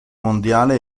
mondiale